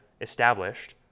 established